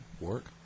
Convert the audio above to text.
work